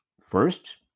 first